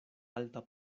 alta